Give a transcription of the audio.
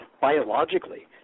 biologically